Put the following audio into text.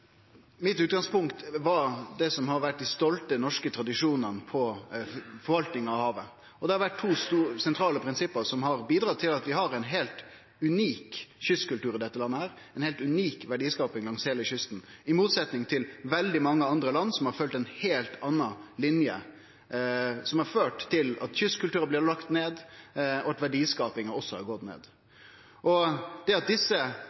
Mitt utgangspunkt var det som har vore dei stolte norske tradisjonane for forvaltninga av havet. Og det er to sentrale prinsipp som har bidratt til at vi har ein heilt unik kystkultur i dette landet, ei heilt unik verdiskaping langs heile kysten, i motsetning til veldig mange andre land, som har følgt ei heilt anna linje, som har ført til at kystkultur blir lagd ned, og at verdiskapinga også har gått ned. Det at desse